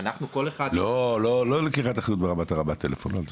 לא לקיחת אחריות ברמת הרמת טלפון.